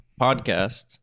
podcast